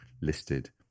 listed